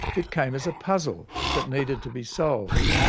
it came as a puzzle that needed to be solved.